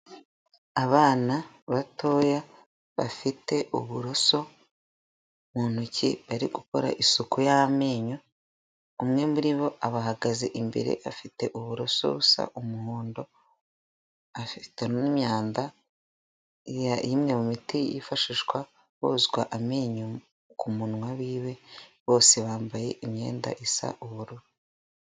Abana batoya bafite uburoso mu ntoki ari gukora isuku y'amenyo, umwe muri bo abahagaze imbere afite uburoso busa umuhondo, afite n'imyanda imwe mu miti yifashishwa bozwa amenyo ku munwa, wiwe bose bambaye imyenda isa ubururu.